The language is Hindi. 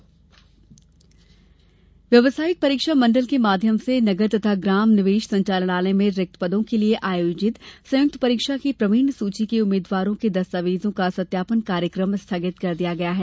सत्यापन स्थगित व्यावसायिक परीक्षा मंडल के माध्यम से नगर तथा ग्राम निवेश संचालनालय में रिक्त पदों के लिये आयोजित संयुक्त परीक्षा की प्रावीण्य सुची के उम्मीदवारों के दस्तावेजों का सत्यापन कार्यक्रम स्थगित कर दिया है